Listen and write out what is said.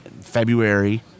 February